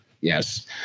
yes